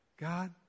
God